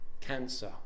cancer